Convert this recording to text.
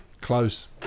Close